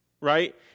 right